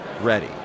ready